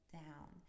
down